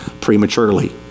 prematurely